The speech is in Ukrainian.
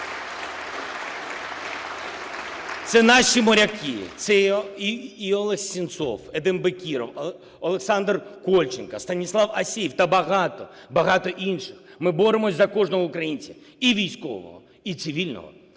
Це наші моряки, це і Олег Сенцов, Едем Бекіров, Олександр Кольченко, Станіслав Асєєв та багато-багато інших. Ми боремося за кожного українця, і військового, і цивільного,